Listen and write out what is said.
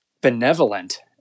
benevolent